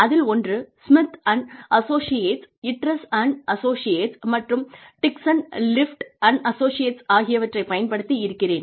அதில் ஒன்று Smith Associates Idris Associates மற்றும் டிக்சன் ஸ்விஃப்ட் அசோசியேட்ஸ் ஆகியவற்றைப் பயன்படுத்தி இருக்கிறேன்